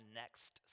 next